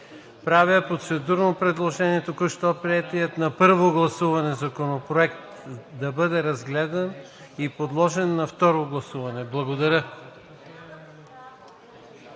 правя процедурно предложение току-що приетият на първо гласуване Законопроект да бъде разгледан и подложен на второ гласуване. Благодаря.